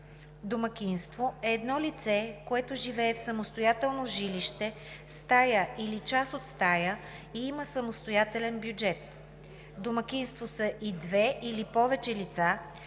„Домакинство“ е едно лице, което живее в самостоятелно жилище, стая или част от стая и има самостоятелен бюджет. Домакинство са и две или повече лица,